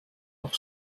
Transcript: nach